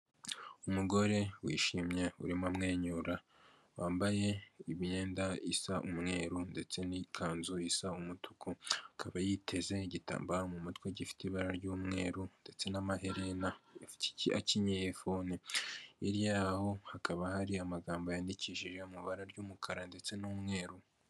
Umugore wishimye urimo amwenyura wambaye imyenda isa umweru ndetse n'ikanzu isa umutuku akaba yiteze igitambaro mu mutwe gifite ibara ry'umweru ndetse n'amaherena akikiyeho fone imbere yaho hakaba hari amagambo yandikishije amabara ry'umukara ndetse n'umweru.